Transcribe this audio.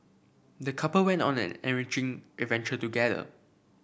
the couple went on an enriching adventure together